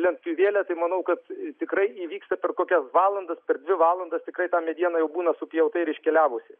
lentpjūvėlę tai manau kad tikrai įvyksta per kokias valandas per dvi valandas tikrai ta mediena jau būna supjauta ir iškeliavusi